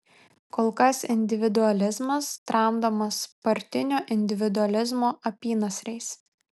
kol kas individualizmas tramdomas partinio individualizmo apynasriais